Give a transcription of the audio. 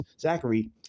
Zachary